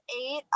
eight